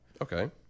okay